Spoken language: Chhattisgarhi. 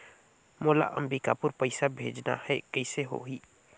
मोला अम्बिकापुर पइसा भेजना है, कइसे होही?